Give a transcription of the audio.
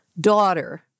daughter